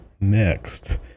next